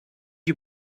you